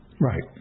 Right